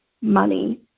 money